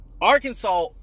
Arkansas